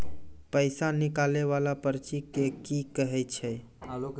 पैसा निकाले वाला पर्ची के की कहै छै?